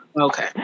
Okay